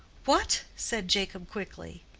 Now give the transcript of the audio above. what? said jacob, quickly.